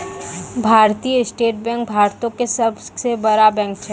भारतीय state bank भारतो के सभ से बड़ा बैंक छै